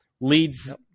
leads